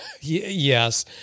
yes